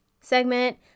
segment